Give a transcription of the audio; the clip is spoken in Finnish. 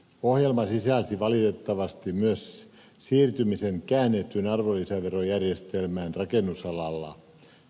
ohjelma sisälsi valitettavasti myös siirtymisen käännettyyn arvonlisäverojärjestelmään rakennusalalla